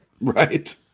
Right